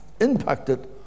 impacted